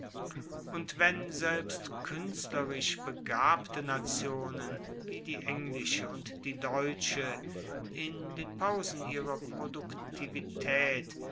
und wenn selbst kuenstlerisch begabte nationen wie die englische und die deutsche in den pausen ihrer produktivitaet